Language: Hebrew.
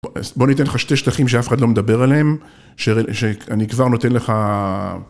בואו ניתן לך שתי שטחים שאף אחד לא מדבר עליהם, שאני כבר נותן לך...